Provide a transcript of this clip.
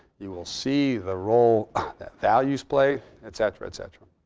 you will see the role that values play, et cetera et cetera.